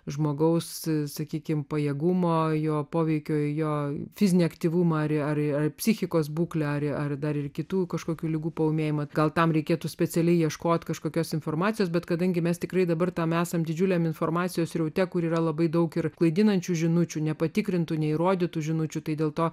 žmogaus sakykime pajėgumo jo poveikio į jo fizinį aktyvumą reaguoja psichikos būklę ar dar ir kitų kažkokių ligų paūmėjimą gal tam reikėtų specialiai ieškoti kažkokios informacijos bet kadangi mes tikrai dabar tam esant didžiuliam informacijos sraute kur yra labai daug ir klaidinančių žinučių nepatikrintų neįrodytų žinučių tai dėl to